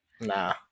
nah